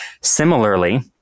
Similarly